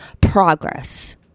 progress